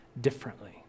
differently